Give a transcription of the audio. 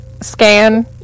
scan